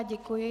Děkuji.